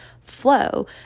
flow